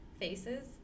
faces